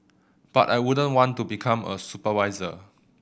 but I wouldn't want to become a supervisor